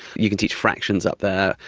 you can teach fractions up there.